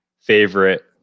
favorite